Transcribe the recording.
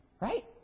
Right